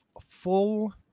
full